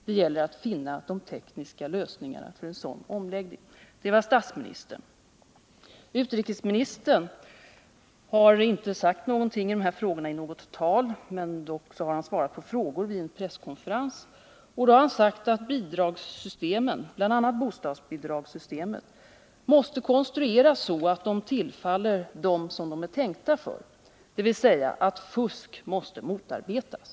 Det gäller att finna de rätta tekniska lösningarna för en sådan omläggning.” Utrikesministern har inte sagt någonting i de här frågorna i något tal, men han har svarat på frågor vid en presskonferens och sagt att bidragssystemen, bl.a. bostadsbidragssystemet, måste konstrueras så, att bidragen tillfaller dem som de är tänkta för, dvs. att fusk måste motarbetas.